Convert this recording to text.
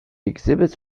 exhibits